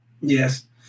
Yes